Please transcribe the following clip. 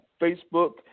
Facebook